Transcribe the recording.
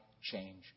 change